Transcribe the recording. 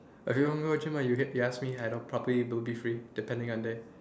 or if you want go gym ah you can you ask me I don~ probably will be free depending on day